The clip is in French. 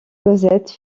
cosette